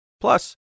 Plus